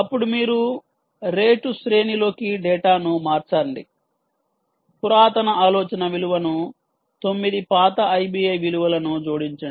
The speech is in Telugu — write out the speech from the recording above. అప్పుడు మీరు రేటు శ్రేణి లోకి డేటాను మార్చండి పురాతన ఆలోచన విలువను 9 పాత ఐబిఐ విలువలను జోడించండి